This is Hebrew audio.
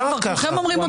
כולכם אומרים אותו דבר.